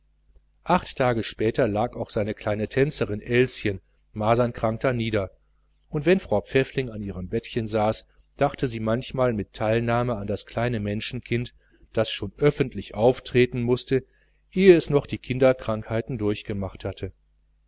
acht tage später lag auch seine kleine tänzerin elschen masernkrank darnieder und wenn frau pfäffling an ihrem bettchen saß dachte sie manchmal mit teilnahme an das kleine menschenkind das schon öffentlich auftreten mußte ehe es noch die kinderkrankheiten durchgemacht hatte